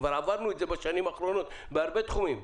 עברנו את זה בשנים האחרונות בהרבה תחומים.